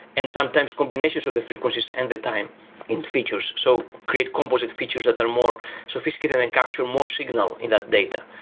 and sometimes combinations of the frequencies and the time in features, so create composite features that they're more sophisticated and capture more signal in that data.